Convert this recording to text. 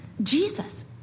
Jesus